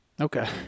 Okay